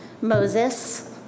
Moses